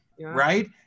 right